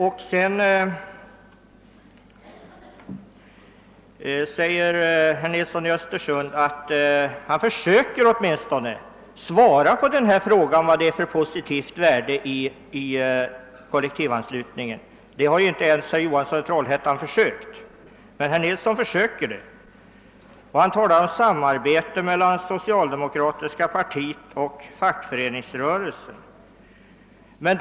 : Vidare har herr Nilsson i Östersund åtminstone försökt svara på frågan vad det är. för positivt värde i kollektivanslutningen. Det har herr Johansson i Trollhättan inte försökt, men herr Nilsson i Östersund försöker alltså genom att tala om samarbetet mellan det socialdemokratiska partiet och fackföreningsrörelsen.